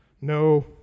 No